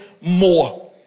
more